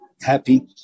happy